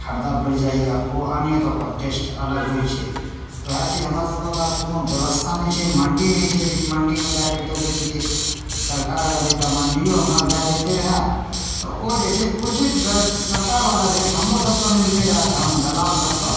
खरिदऽ पड़ि जाइए ओ आनैए तऽ ओकर टेस्ट अलग होइ छै वएह चीज हमरा सभके पास कोनो बेबस्था नहि छै मण्डी नहि छै जेकि मण्डीमे जाकरके बेचिए ई सरकार अगर एकटा मण्डिओ एम्हर दऽ देतै रहै तऽ ओ जे छै उचित रेट सरकारवला रेट हमरो सभके मिलतै रहै तऽ हम दलाल सभके